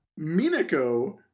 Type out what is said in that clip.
Minako